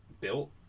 built